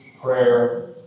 prayer